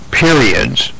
periods